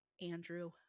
Andrew